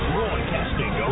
Broadcasting